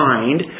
Mind